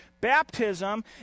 baptism